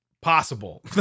possible